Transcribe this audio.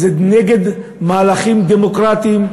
זה נגד מהלכים דמוקרטיים,